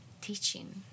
teaching